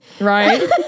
Right